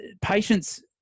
patients